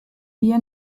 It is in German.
wir